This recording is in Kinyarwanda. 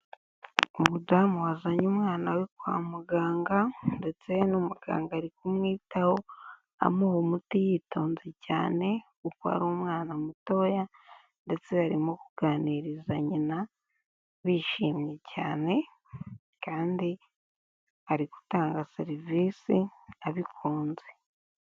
Umudamu wazanye umwana we kwa muganga ndetse n'umuganga ari kumwitaho amuha umuti yitonze cyane kuko ari umwana mutoya ndetse arimo kuganiriza nyina bishimye cyane kandi ari gutanga serivisi abikunze.